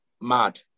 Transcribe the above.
mad